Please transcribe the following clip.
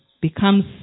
becomes